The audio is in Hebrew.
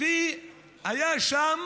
והיה שם